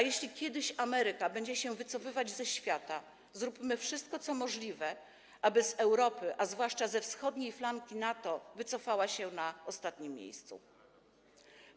Jeśli kiedyś Ameryka będzie wycofywać się ze świata, zróbmy wszystko, co możliwe, aby z Europy, a zwłaszcza ze wschodniej flanki NATO, wycofała się na samym końcu.